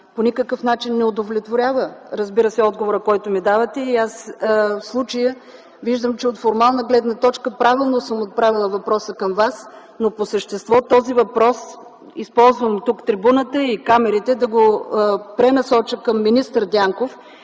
По никакъв начин не удовлетворява, разбира се, отговорът, който ми давате. В случая виждам, че от формална гледна точка правилно съм отправила този въпрос към Вас, но по същество – използвам трибуната и камерите да го пренасоча към министър Дянков.